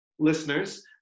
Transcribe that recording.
Listeners